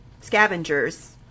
scavengers